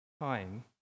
time